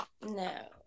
no